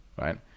right